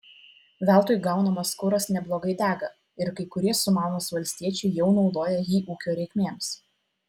veltui gaunamas kuras neblogai dega ir kai kurie sumanūs valstiečiai jau naudoja jį ūkio reikmėms